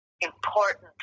important